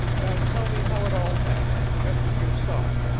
now tell me how it all happened, just as you saw it.